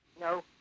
No